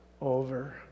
over